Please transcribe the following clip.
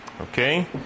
okay